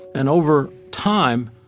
and over time,